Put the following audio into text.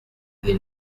les